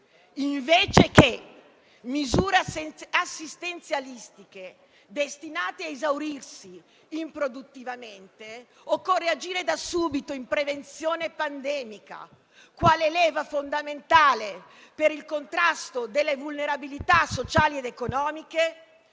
Invece che misure assistenzialistiche destinate a esaurirsi improduttivamente, occorre agire da subito in prevenzione pandemica, quale leva fondamentale per il contrasto delle vulnerabilità sociali ed economiche,